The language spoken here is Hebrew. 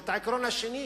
ואת העיקרון השני,